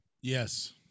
Yes